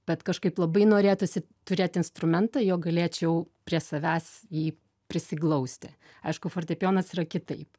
bet kažkaip labai norėtųsi turėt instrumentą jog galėčiau prie savęs jį prisiglausti aišku fortepijonas yra kitaip